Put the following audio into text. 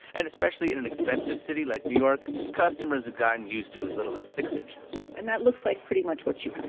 and especially in an expensive city like new york, customers have gotten used to as little as six inches and that looks like pretty much what you have